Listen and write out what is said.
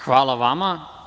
Hvala vama.